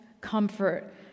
comfort